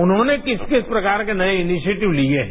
उन्होंने किस किस प्रकार के नये इनिशिएटिव लिये हैं